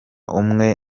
umwe